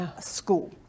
School